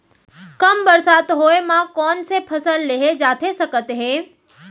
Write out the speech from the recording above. कम बरसात होए मा कौन से फसल लेहे जाथे सकत हे?